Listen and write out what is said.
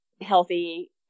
healthy